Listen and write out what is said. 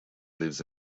lives